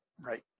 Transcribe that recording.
Right